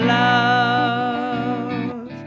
love